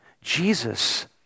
Jesus